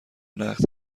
نقد